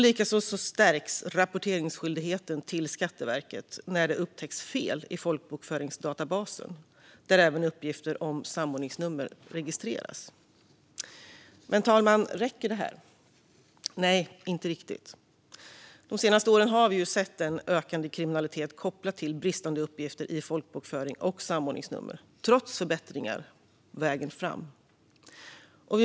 Likaså stärks rapporteringsskyldigheten till Skatteverket när det upptäcks fel i folkbokföringsdatabasen, där även uppgifter om samordningsnummer registreras. Herr talman! Räcker det här? Nej, inte riktigt. De senaste åren har vi sett en ökande kriminalitet kopplad till bristande uppgifter i folkbokföring och samordningsnummer, trots förbättringar.